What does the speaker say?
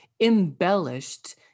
embellished